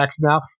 now